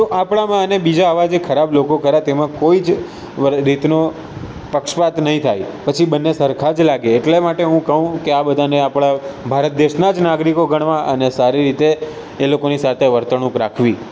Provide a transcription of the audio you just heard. તો આપણામાં અને બીજા આવા જે ખરાબ લોકો ખરા તેમાં કોઈ જ રીતનો પક્ષપાત નહીં થાય પછી બંને સરખા જ લાગે એટલા માટે હું કહું કે આ બધાને આપણે ભારત દેશના જ નાગરિકો ગણવા અને સારી રીતે એ લોકોની સાથે વર્તણૂંક રાખવી